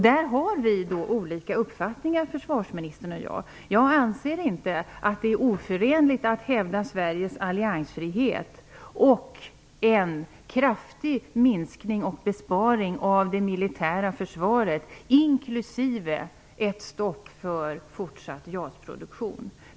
Försvarsministern och jag har på den punkten olika uppfattningar. Jag anser inte att det är oförenligt att hävda Sveriges alliansfrihet och en kraftig minskning av och besparing på det militära försvaret inklusive ett stopp för fortsatt JAS-produktion.